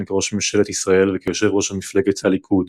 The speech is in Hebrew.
כראש ממשלת ישראל וכיושב ראש מפלגת "הליכוד".